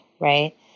right